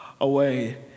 away